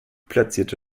platzierte